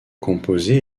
composé